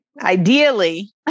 ideally